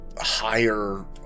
higher